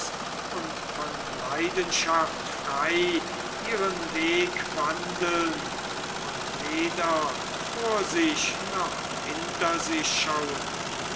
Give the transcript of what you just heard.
und von leidenschaft frei ihren weg wandeln und weder vor sich noch hinter sich schauen